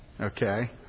Okay